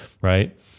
right